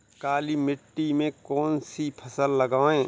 काली मिट्टी में कौन सी फसल लगाएँ?